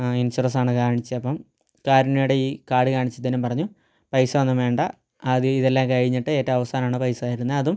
ഇൻഷുറസാണ് കാണിച്ചപ്പം കാരുണ്യയുടെ ഈ കാർഡ് കാണിച്ചിട്ടു പറഞ്ഞു പൈസ ഒന്നും വേണ്ട ആദ്യം ഇതെല്ലാം കഴിഞ്ഞിട്ട് ഏറ്റവുമവസാനമാണ് പൈസ തരുന്നത് അതും ആ